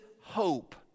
hope